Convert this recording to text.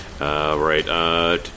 right